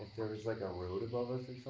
there was like a road above us or